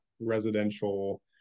residential